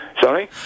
Sorry